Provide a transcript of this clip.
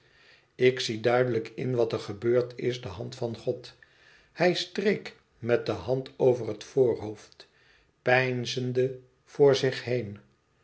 ik zie duidelijk in wat er gebeurd is de hand van god hij streek met de hand over het voorhoofd peinzende voor zich heen